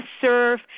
serve